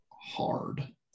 hard